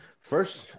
First